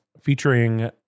featuring